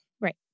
Right